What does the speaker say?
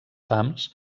pams